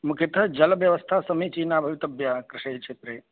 मुख्यतः जलव्यवस्था समीचीना भवितव्या कृषिक्षेत्रे